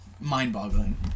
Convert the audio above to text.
mind-boggling